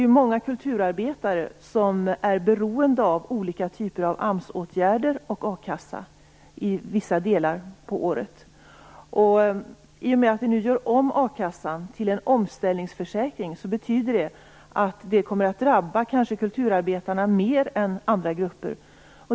Många kulturarbetare är beroende av olika typer av AMS-åtgärder och a-kassa vissa delar på året. I och med att vi nu gör om a-kassan till en omställningsförsäkring betyder det att det kanske kommer att drabba kulturarbetarna mer än andra grupper.